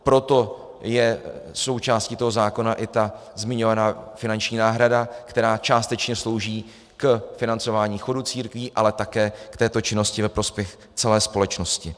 Proto je součástí toho zákona i ta zmiňovaná finanční náhrada, která částečně slouží k financování chodu církví, ale také k této činnosti ve prospěch celé společnosti.